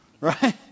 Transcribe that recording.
right